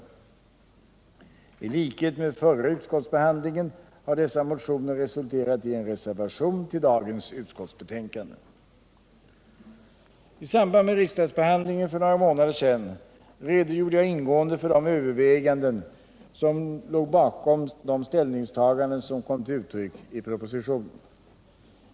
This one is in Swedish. I likhet med vad som var fallet vid förra utskottsbehandlingen har dessa motioner resulterat i en reservation till utskottsbetänkandet. I samband med riksdagsbehandlingen för några månader sedan redogjorde jag ingående för de överväganden som låg bakom de ställningstaganden som kom till uttryck i propositionen.